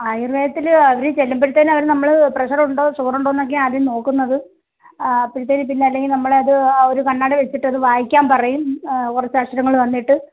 ആയുർവേദത്തിൽ അവർ ചെല്ലുമ്പോഴത്തേക്ക് അവർ നമ്മൾ പ്രഷർ ഉണ്ടോ ഷുഗർ ഉണ്ടോ എന്നൊക്കെയാണ് ആദ്യം നോക്കുന്നത് അപ്പോഴത്തേക്ക് പിന്നെ അല്ലെങ്കിൽ നമ്മൾ അത് ഒരു കണ്ണട വച്ചിട്ട് അത് വായിക്കാൻ പറയും കുറച്ചു അക്ഷരങ്ങൾ തന്നിട്ട്